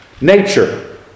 Nature